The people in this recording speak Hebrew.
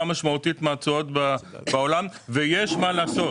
משמעותית מהתשואות בעולם ויש מה לעשות,